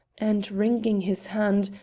and, wringing his hand,